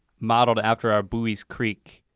modeled after our buies creek